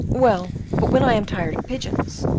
well, but when i am tired of pigeons,